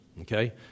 Okay